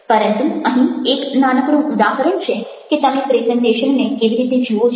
પરંતુ અહીં એક નાનકડું ઉદાહરણ છે કે તમે પ્રેઝન્ટેશનને કેવી રીતે જુઓ છો